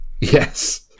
yes